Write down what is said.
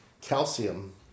calcium